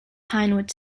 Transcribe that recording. pinewood